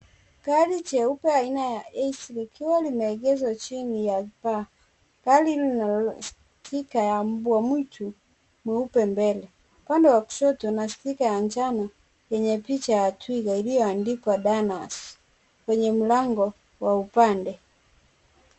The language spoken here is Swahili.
Gari jeupe aina ya ace likiwa limeegeshwa chini ya paa. Gari hilo lina stika ya mbwa mwitu mweupe mbele. Upande wa kushoto kuna stika ya njano yenye picha ya twiga iliyoandikwa Dana's kwenye mlango wa upande.